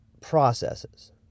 processes